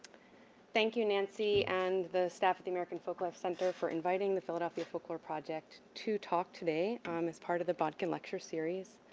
thank you, nancy, and the staff at the american folklore center for inviting the philadelphia folklore project to talk today um as part of the botkin lecture series,